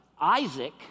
Isaac